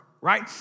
right